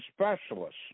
specialists